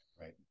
Right